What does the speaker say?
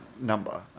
number